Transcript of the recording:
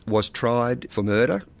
was tried for murder,